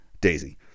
Daisy